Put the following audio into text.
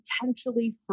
potentially